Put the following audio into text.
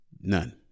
None